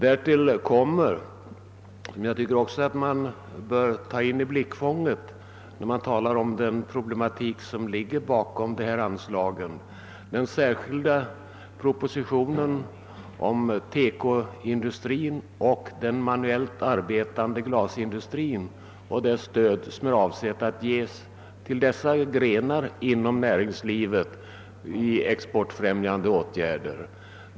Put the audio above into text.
Därtill kommer, vilket också bör tas in i blickfånget när man talar om den problematik som ligger bakom dessa anslag, den särskilda propositionen om TEKO-industrin och den manuellt arbetande glasindustrin och det stöd som är avsett att ges till dessa grenar inom näringslivet som exportfrämjande åtgärder.